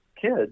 kids